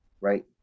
right